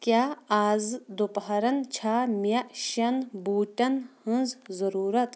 کیاہ آزٕ دُپہرن چھا مےٚ شیٚن بوٗٹن ہٕنز ضروٗرت